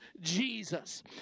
jesus